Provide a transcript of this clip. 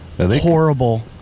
horrible